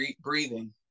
breathing